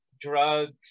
drugs